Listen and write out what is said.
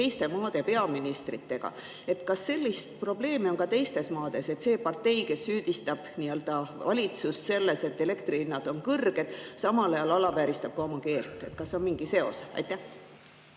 teiste maade peaministritega: kas sellist probleemi on ka teistes maades, et see partei, kes süüdistab valitsust selles, et elektri hinnad on kõrged, samal ajal alavääristab oma keelt? Kas on mingi seos? Austatud